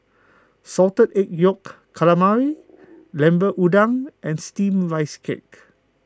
Salted Egg Yolk Calamari Lemper Udang and Steamed Rice Cake